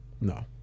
No